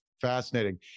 fascinating